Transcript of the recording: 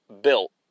Built